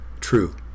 True